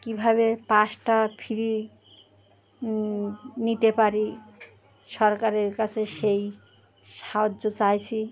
কীভাবে পাস টা ফ্রি নিতে পারি সরকারের কাছে সেই সাহায্য চাইছি